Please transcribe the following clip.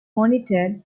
monitored